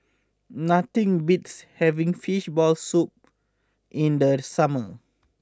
nothing beats having Fishball Soup in the summer